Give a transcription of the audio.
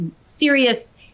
serious